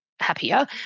Happier